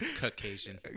Caucasian